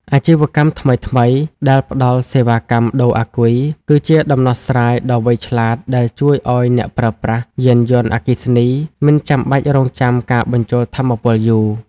អាជីវកម្មថ្មីៗដែលផ្ដល់សេវាកម្មដូរអាគុយ គឺជាដំណោះស្រាយដ៏វៃឆ្លាតដែលជួយឱ្យអ្នកប្រើប្រាស់យានយន្តអគ្គិសនីមិនចាំបាច់រង់ចាំការបញ្ចូលថាមពលយូរ។